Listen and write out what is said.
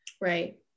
right